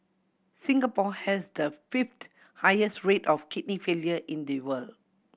Singapore has the fifth highest rate of kidney failure in the world